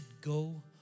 go